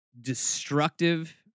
Destructive